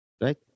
right